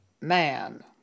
man